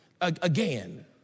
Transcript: Again